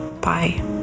Bye